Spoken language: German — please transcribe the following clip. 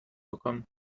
bekommen